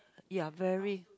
you are very